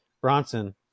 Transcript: Bronson